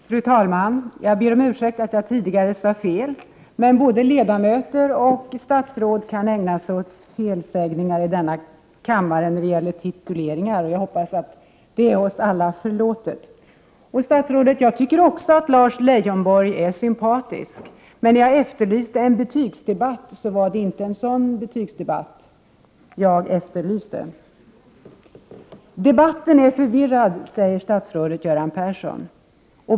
Fru talman! Jag ber om ursäkt för att jag tidigare sade fel. Men både ledamöter och statsråd kan ju säga fel i denna kammare när det gäller att titulera folk. Jag hoppas dock att det är oss alla förlåtet om någonting sådant händer. Jag tycker i likhet med statsrådet att Lars Leijonborg är sympatisk. Men när jag efterlyste en betygsdebatt var det inte en debatt av det slag han förde som jag ville ha. Debatten är förvirrad, säger statsrådet Göran Persson.